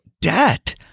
debt